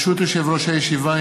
ברשות יושב-ראש הישיבה,